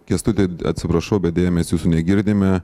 kęstuti atsiprašau bet deja mes jūsų negirdime